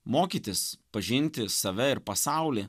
mokytis pažinti save ir pasaulį